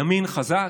ימין חזק?